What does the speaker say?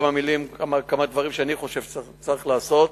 כמה דברים שאני חושב שצריך לעשות,